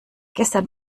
gestern